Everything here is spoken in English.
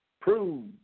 prove